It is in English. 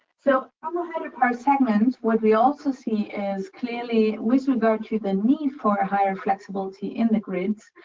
so, on the hydropower segment, what we also see is clearly, with regard to the need for ah higher flexibility in the grids,